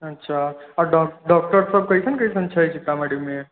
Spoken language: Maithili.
अच्छा अऽ डा डॉक्टर सभ कइसन कइसन छै सीतामढ़ी मे